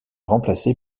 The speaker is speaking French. remplacé